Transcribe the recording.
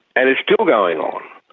and it's still going on.